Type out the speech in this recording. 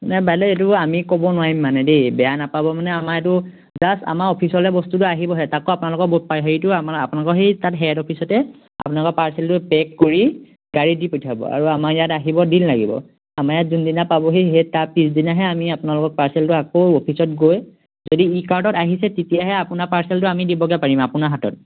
নাই বাইদেউ এইটো আমি ক'ব নোৱাৰিম মানে দেই বেয়া নাপাব মানে আমাৰ এইটো জাষ্ট আমাৰ অফিচলে বস্তুটো আহিবহে তাকো আপোনালোকৰ বহুত হেৰিটো আমাৰ আপোনালোকৰ সেই তাত হেড অফিচতে আপোনালোকৰ পাৰ্চেলটো পেক কৰি গাড়ী দি পঠিয়াব আৰু আমাৰ ইয়াত আহিব দিন লাগিব আমাৰ ইয়াত যোনদিনা পাবহি সেই তাৰ পিছদিনাহে আমি আপোনালোকক পাৰ্চেলটো আকৌ অফিচত গৈ যদি ই কাৰ্টত আহিছে তেতিয়াহে আপোনাৰ পাৰ্চেলটো আমি দিবগে পাৰিম আপোনাৰ হাতত